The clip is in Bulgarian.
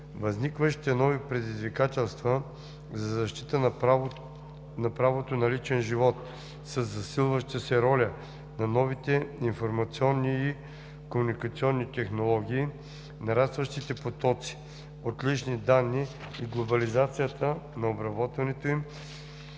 Възникващите нови предизвикателства за защита на правото на личен живот, със засилващата се роля на новите информационни и комуникационни технологии, нарастващите потоци от лични данни и глобализацията на обработването им